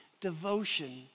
Devotion